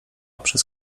przez